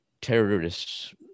Terrorists